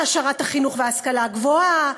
בהעשרת החינוך וההשכלה הגבוהה,